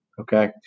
Okay